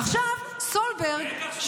סולברג,